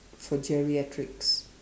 for geriatrics